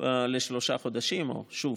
לשלושה חודשים, שוב,